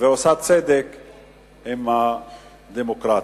ועושה צדק עם הדמוקרטיה.